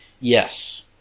Yes